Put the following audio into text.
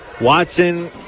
Watson